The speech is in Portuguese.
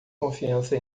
confiança